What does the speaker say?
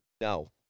No